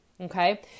okay